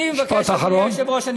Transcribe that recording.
אני מבקש, אדוני היושב-ראש, משפט אחרון.